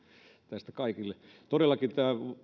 näistä kaikille todellakin